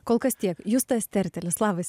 kol kas tiek justas tertelis labas